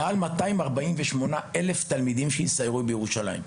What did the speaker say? מעל ל-240 אלף תלמידים, שיסיירו בירושלים.